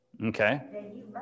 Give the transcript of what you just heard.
Okay